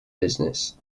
business